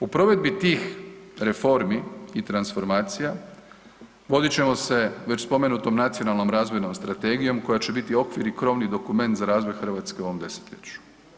U provedbi tih reformi i transformacija vodit ćemo se već spomenutom Nacionalnom razvojnom strategijom koja će biti okvirni krovni dokument za razvoj Hrvatske u ovom desetljeću.